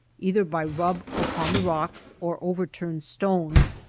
either by rub upon the rocks, or overturned stones,